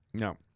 No